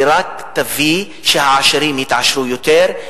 הוא רק יביא שהעשירים יתעשרו יותר,